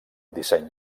disseny